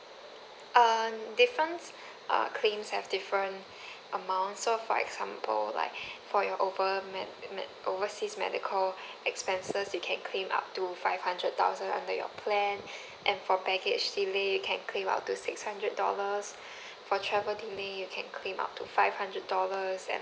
err different uh claims have different amount so for example like for your over med~ med~ overseas medical expenses you can claim up to five hundred thousand under your plan and for baggage delay you can claim up to six hundred dollars for travel delay you can claim up to five hundred dollars and